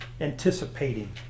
anticipating